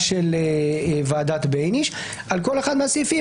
של ועדת בייניש על כל אחד מהסעיפים,